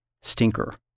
stinker